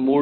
2πL